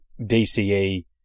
DCE